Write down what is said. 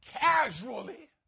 casually